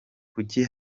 kuki